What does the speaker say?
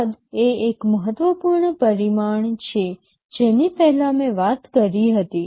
કદ એ એક મહત્વપૂર્ણ પરિમાણ છે જેની પહેલાં મેં વાત કરી હતી